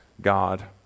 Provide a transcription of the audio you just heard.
God